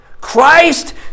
Christ